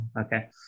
okay